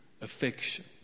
affection